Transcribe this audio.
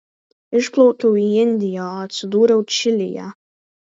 išplaukiau į indiją o atsidūriau čilėje